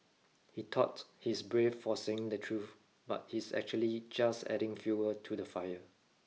he thought he's brave for saying the truth but he's actually just adding fuel to the fire